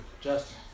Justin